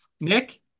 Nick